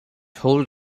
hold